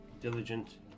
diligent